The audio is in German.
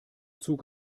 zug